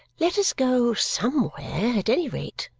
let us go somewhere at any rate,